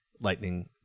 lightning